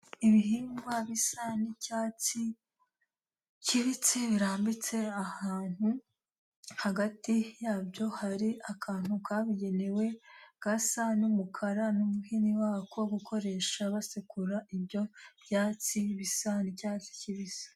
Ibihingwa bisa n'icyatsi kibitse birambitse ahantu, hagati yabyo hari akantu kabugenewe gasa n'umukara n'umuhini wako wo gukoresha basekura ibyo byatsi bisa n'icyatsi kibisi.